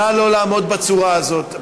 נא לא לעמוד בצורה הזאת.